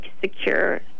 secure